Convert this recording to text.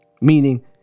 Meaning